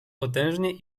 potężnie